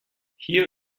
hier